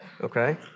Okay